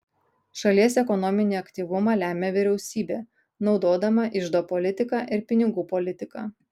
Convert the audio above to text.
šalies ekonominį aktyvumą lemia vyriausybė naudodama iždo politiką ir pinigų politiką